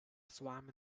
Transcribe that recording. swam